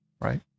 Right